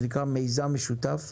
זה נקרא מיזם משותף.